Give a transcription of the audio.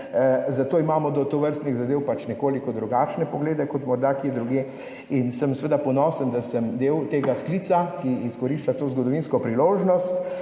zato imamo do tovrstnih zadev pač nekoliko drugačne poglede kot morda kje drugje. In sem seveda ponosen, da sem del tega sklica, ki izkorišča to zgodovinsko priložnost,